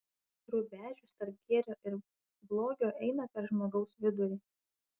rubežius tarp gėrio ir blogio eina per žmogaus vidurį